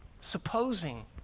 supposing